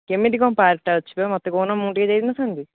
କେମିତି କ'ଣ ପାର୍କ୍ଟା ଅଛି ବା ମୋତେ କହନ୍ତୁ ମୁଁ ଟିକେ ଯାଇନଥାନ୍ତି